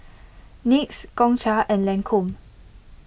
Nyx Gongcha and Lancome